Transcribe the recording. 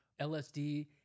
LSD